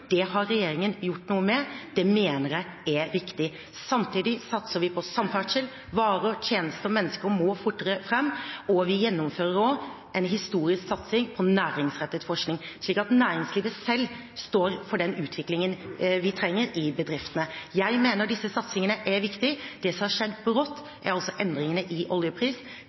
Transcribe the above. Det har regjeringen gjort noe med, og det mener jeg er riktig. Samtidig satser vi på samferdsel – varer, tjenester og mennesker må fortere fram. Vi gjennomfører også en historisk satsing på næringsrettet forskning, slik at næringslivet selv står for den utviklingen vi trenger i bedriftene. Jeg mener disse satsingene er viktige. Det som har skjedd brått, er altså endringene i oljepris.